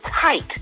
tight